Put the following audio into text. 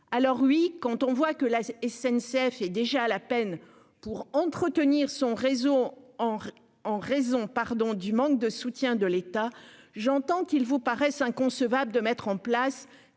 Alors oui, quand on voit que la SNCF est déjà à la peine pour entretenir son réseau en en raison pardon du manque de soutien de l'État. J'entends qu'il vous paraisse inconcevable de mettre en place